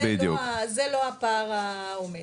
זה לא הפער העומד.